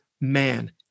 man